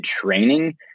training